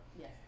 Yes